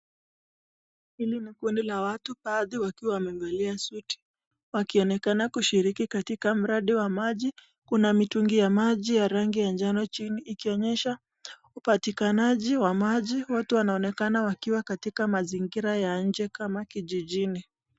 Hili ni kundi la watu baadhi wakiwa wamevalia suti, wakionekana kushiriki katika mradi wa maji, kuna mitungi ya maji ya rangi ya njano chini ikionyesha upatikanaji wa maji watu wanaonekana wakiwa katika mazingira ya nje kama kijijini.